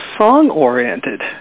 song-oriented